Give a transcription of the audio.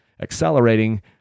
accelerating